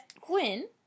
Quinn